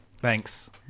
Thanks